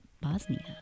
Bosnia